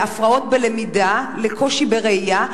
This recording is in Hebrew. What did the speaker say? להפרעות בלמידה, לקושי בראייה.